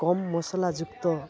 କମ୍ ମସଲା ଯୁକ୍ତ